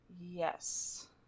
Yes